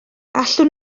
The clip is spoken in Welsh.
allwn